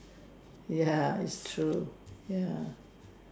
ya it's true ya